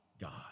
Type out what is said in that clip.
God